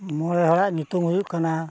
ᱢᱚᱬᱮ ᱦᱚᱲᱟᱜ ᱧᱩᱛᱩᱢ ᱦᱩᱭᱩᱜ ᱠᱟᱱᱟ